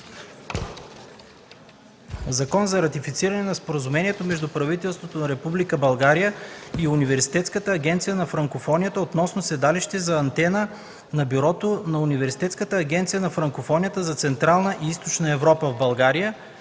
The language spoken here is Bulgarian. в София е подписано Споразумение между правителството на Република България и Университетската агенция на Франкофонията относно седалище за Антена на Бюрото на Университетската агенция на Франкофонията за Централна и Източна Европа. В България